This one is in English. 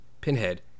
pinhead